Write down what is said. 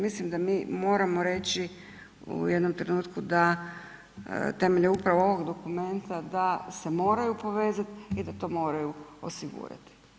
Mislim da mi moramo reći u jednom trenutku da temeljem upravo ovog dokumenta da se moraju povezat i da to moraju osigurati.